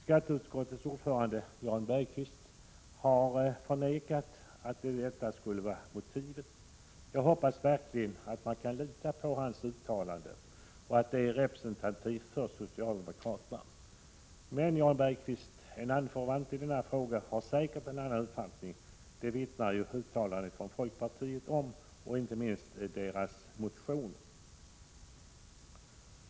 Skatteutskottets ordförande Jan Bergqvist har förnekat att detta skulle vara motivet. Jag hoppas verkligen att man kan lita på hans uttalande och att det är representativt för socialdemokraterna. Men, Jan Bergqvist, en ”anförvant” i denna fråga har säkert en annan uppfattning, det vittnar ju uttalandet från folkpartiet om, inte minst folkpartimotionen.